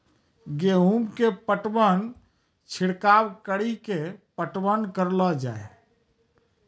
गेहूँ के पटवन छिड़काव कड़ी के पटवन करलो जाय?